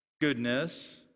goodness